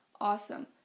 Awesome